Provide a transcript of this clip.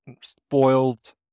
spoiled